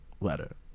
letter